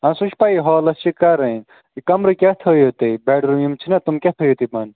آ سُہ چھُ پَیی ہالَس چھِ کَرٕنۍ کَمرٕ کیٛاہ تھٲیِو تُہۍ بیڈ روٗم یِم چھِنہ تِم کیٛاہ تھٲیِو تُہۍ بوٚن